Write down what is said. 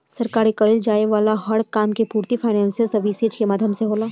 सरकार के कईल जाये वाला हर काम के पूर्ति फाइनेंशियल सर्विसेज के माध्यम से होला